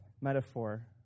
metaphor